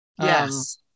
Yes